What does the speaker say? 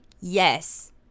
yes